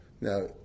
Now